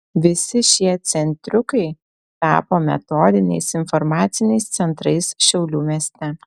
visi šie centriukai tapo metodiniais informaciniais centrais šiaulių mieste